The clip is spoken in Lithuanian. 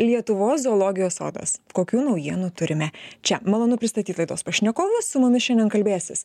lietuvos zoologijos sodas kokių naujienų turime čia malonu pristatyt laidos pašnekovus su mumis šiandien kalbėsis